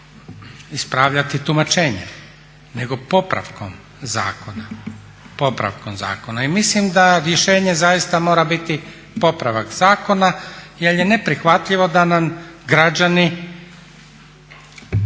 ispravljati tumačenjem nego popravkom zakona. I mislim da rješenje zaista mora biti popravak zakona jer je neprihvatljivo da nam građani